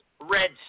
red